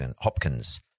Hopkins